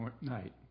night